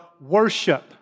worship